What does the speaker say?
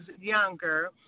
younger